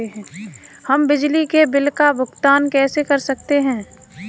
हम बिजली के बिल का भुगतान कैसे कर सकते हैं?